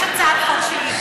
יש הצעת חוק שלי,